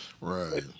Right